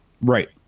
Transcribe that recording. Right